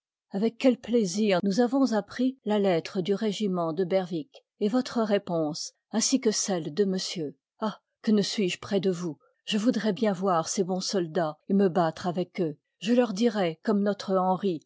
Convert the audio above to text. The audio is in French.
avec quel plaisir nous avons appris la lettre du régiment de berwick et votre réponse ainsi que celle de monsieur ah que ne suis-je près de vous je voudrois bien voir ces bons soldats et me battre avec eux je leur dirois comme notre henri